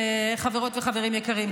חברות וחברים יקרים,